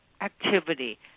activity